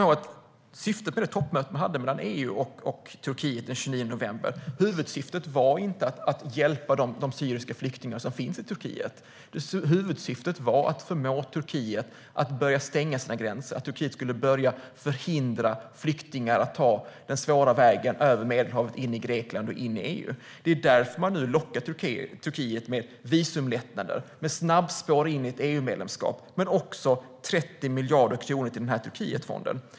Huvudsyftet med det toppmöte mellan EU och Turkiet man hade den 29 november var inte att hjälpa de syriska flyktingar som finns i Turkiet. Huvudsyftet var att förmå Turkiet att börja stänga sina gränser. Turkiet skulle börja förhindra flyktingar att ta den svåra vägen över Medelhavet in i Grekland och in i EU. Det är därför man nu lockar Turkiet med visumlättnader, snabbspår in i ett EU-medlemskap men också 30 miljarder kronor till Turkietfonden.